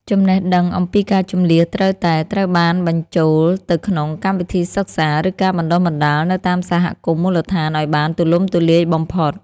ចំណេះដឹងអំពីការជម្លៀសត្រូវតែត្រូវបានបញ្ចូលទៅក្នុងកម្មវិធីសិក្សា ឬការបណ្តុះបណ្តាលនៅតាមសហគមន៍មូលដ្ឋានឱ្យបានទូលំទូលាយបំផុត។